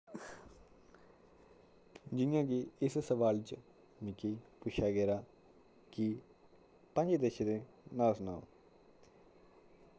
जियां की इस सवाल च मिगी पुच्छेआ गेदा की पंज देशें दे नांऽ सनाओ